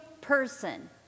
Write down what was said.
person